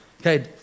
Okay